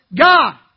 God